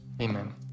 Amen